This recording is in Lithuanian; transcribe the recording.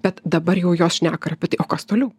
bet dabar jau jos šneka apie tai o kas toliau